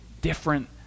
different